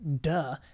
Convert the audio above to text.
Duh